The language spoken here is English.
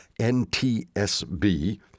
NTSB